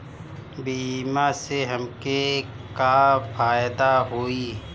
बीमा से हमके का फायदा होई?